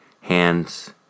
hands